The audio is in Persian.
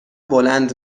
بلند